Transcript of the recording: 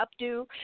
updo